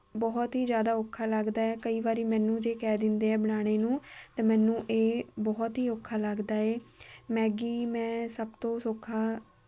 ਬਹੁਤ ਹੀ ਜ਼ਿਆਦਾ ਔਖਾ ਲੱਗਦਾ ਹੈ ਕਈ ਵਾਰੀ ਮੈਨੂੰ ਜੇ ਕਹਿ ਦਿੰਦੇ ਹੈ ਬਣਾਉਣ ਨੂੰ ਤਾਂ ਮੈਨੂੰ ਇਹ ਬਹੁਤ ਹੀ ਔਖਾ ਲੱਗਦਾ ਹੈ ਮੈਗੀ ਮੈਂ ਸਭ ਤੋਂ ਸੌਖਾ